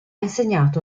insegnato